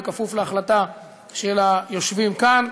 בכפוף להחלטה של היושבים כאן,